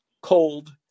cold